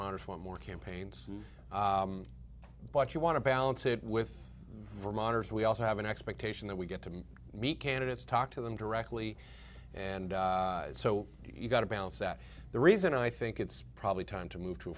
minors one more campaigns but you want to balance it with vermonters we also have an expectation that we get to meet candidates talk to them directly and so you've got to balance that the reason i think it's probably time to move to